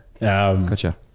Gotcha